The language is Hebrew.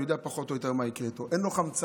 אני יודע פחות או יותר מה יקרה איתו: אין לו חמצן,